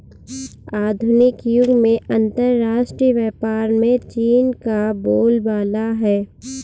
आधुनिक युग में अंतरराष्ट्रीय व्यापार में चीन का बोलबाला है